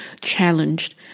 challenged